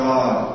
God